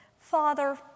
Father